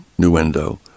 Nuendo